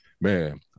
man